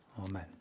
Amen